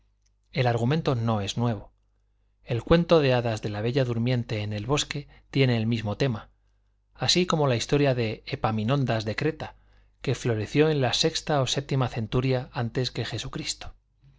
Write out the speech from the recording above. el argumento no es nuevo el cuento de hadas de la bella durmiente en el bosque tiene el mismo tema así como la historia de epaminondas de creta que floreció en la sexta o séptima centuria antes de